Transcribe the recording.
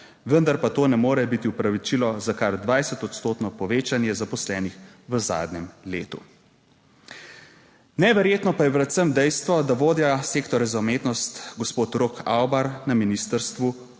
vendar pa to ne more biti opravičilo za kar 20 odstotno povečanje zaposlenih v zadnjem letu. Neverjetno pa je predvsem dejstvo, da vodja sektorja za umetnost, gospod Rok Avbar, na ministrstvu,